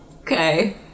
Okay